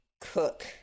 cook